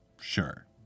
Sure